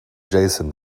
jason